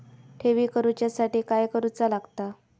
ठेवी करूच्या साठी काय करूचा लागता?